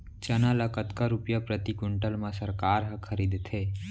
चना ल कतका रुपिया प्रति क्विंटल म सरकार ह खरीदथे?